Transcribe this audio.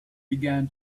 began